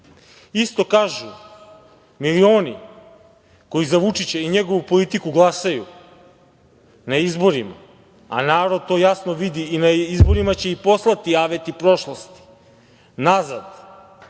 Isto kažu milioni koji za Vučića i njegovu politiku glasaju na izborima. Narod to jasno vidi i na izborima će ih poslati aveti prošlosti nazad